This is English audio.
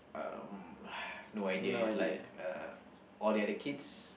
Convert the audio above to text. um I have no idea it's like uh all the other kids